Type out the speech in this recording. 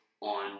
on